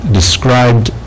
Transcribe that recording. described